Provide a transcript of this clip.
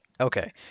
Okay